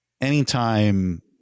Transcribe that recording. anytime